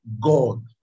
God